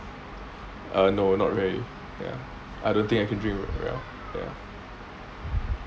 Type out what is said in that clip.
err no not really ya I don't think I can drink very well ya